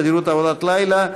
תדירות עבודת לילה),